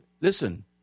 Listen